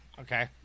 Okay